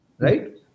right